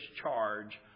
charge